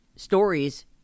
Stories